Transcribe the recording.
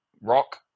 rock